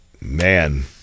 man